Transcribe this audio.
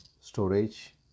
storage